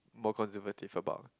more conservative about